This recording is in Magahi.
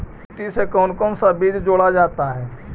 माटी से कौन कौन सा बीज जोड़ा जाता है?